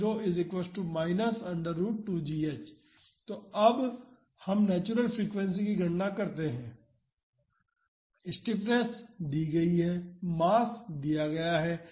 तो अब हम नेचुरल फ्रीक्वेंसी की गणना करते हैं स्टिफनेस दी गयी है और मास भी दिया गया है